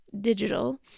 digital